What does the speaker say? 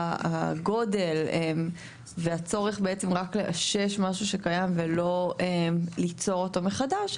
הגדול והצורך בעצם רק לאשש משהו שקיים ולא ליצור אותו מחדש,